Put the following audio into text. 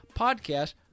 podcast